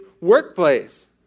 workplace